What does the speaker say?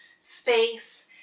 space